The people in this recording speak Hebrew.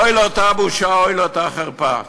אוי לאותה בושה, אוי לאותה חרפה.